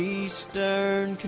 eastern